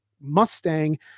Mustang